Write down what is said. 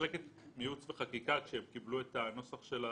מחלקת ייעוץ וחקיקה שקיבלה את הנוסח של התקנות,